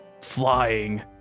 flying